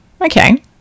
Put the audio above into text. Okay